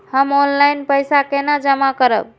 हम ऑनलाइन पैसा केना जमा करब?